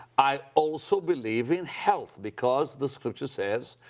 i also believe in health because the scripture says,